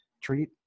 treat